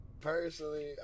Personally